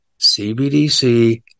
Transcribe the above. CBDC